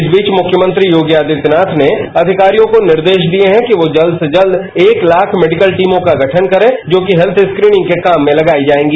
इस बीच मुख्यमंत्री योगी आदित्यनाथ ने अधिकारियों को निर्देश दिए हैं कि वह जल्द से जल्द एक लाख मेडिकल टीमों का गठन करें जो कि हेत्थ स्क्रीनिंग के काम में लगाई जाएगी